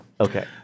Okay